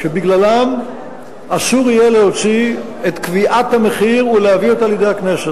שבגללם אסור יהיה להוציא את קביעת המחיר ולהביא אותה לידי הכנסת.